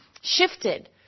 shifted